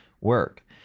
work